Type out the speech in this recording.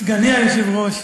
חברי, סגני היושב-ראש,